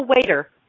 waiter